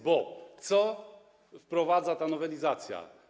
Bo co wprowadza ta nowelizacja?